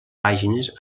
pàgines